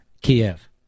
Kiev